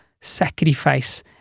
sacrifice